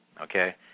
okay